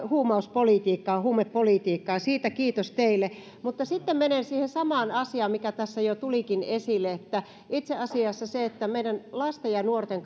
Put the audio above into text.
huumausainepolitiikkaa siitä kiitos teille mutta sitten menen siihen samaan asiaan mikä tässä jo tulikin esille että itse asiassa meidän lasten ja nuorten